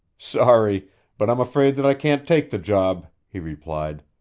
sorry but i'm afraid that i can't take the job, he replied.